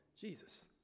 jesus